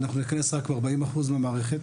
אנחנו נכנס רק ב-40 אחוז מהמערכת,